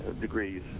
degrees